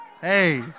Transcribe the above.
Hey